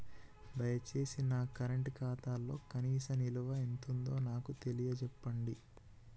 దయచేసి నా కరెంట్ ఖాతాలో కనీస నిల్వ ఎంతుందో నాకు తెలియచెప్పండి